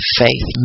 faith